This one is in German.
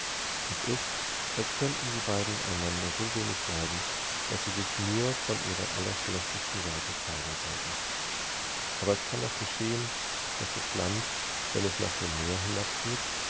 es ist als könnten die beiden einander so wenig leiden daß sie sich nur von ihrer allerschlechtesten seite zeigen wollten aber es kann auch geschehen daß das land wenn es nach demmeerhinabgeht